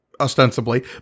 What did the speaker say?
ostensibly